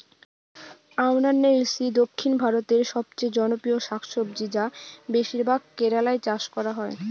আমরান্থেইসি দক্ষিণ ভারতের সবচেয়ে জনপ্রিয় শাকসবজি যা বেশিরভাগ কেরালায় চাষ করা হয়